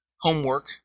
homework